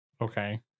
Okay